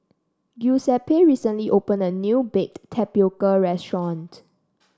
Giuseppe recently opened a new Baked Tapioca restaurant